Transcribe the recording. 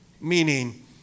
Meaning